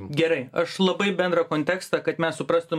gerai aš labai bendrą kontekstą kad mes suprastum